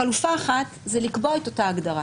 חלופה אחת היא לקבוע את אותה הגדרה.